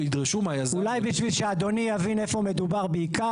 וידרשו מהיזם --- אולי בשביל שאדוני יבין איפה מדובר בעיקר,